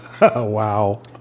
Wow